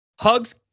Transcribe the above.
hugs